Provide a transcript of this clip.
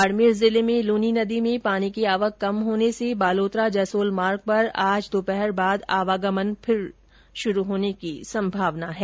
बाडमेर जिले में लनी नदी में पानी की आवक कम होने से बालोतरा जसोल मार्ग पर आज दोपहर बाद आवागमन फिर शुरू होने की संभावना है